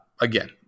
again